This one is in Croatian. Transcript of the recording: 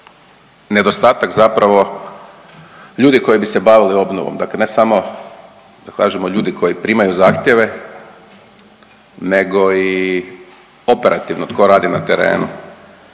nedostatak zapravo ljudi koji bi se bavili obnovom. Dakle, ne samo da kažemo od ljudi koji primaju zahtjeve nego i operativno tko radi na terenu.